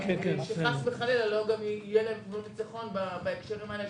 שחס וחלילה לא תהיה להם גם תמונת ניצחון בהקשרים האלה,